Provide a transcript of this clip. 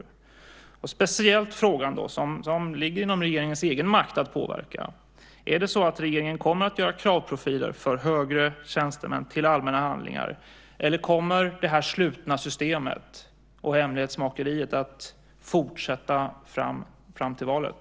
Jag vill speciellt ta upp frågan som ligger inom regeringens egen makt att påverka: Kommer regeringen att göra kravprofiler för högre tjänstemän till allmänna handlingar, eller kommer det här slutna systemet och hemlighetsmakeriet att fortsätta fram till valet?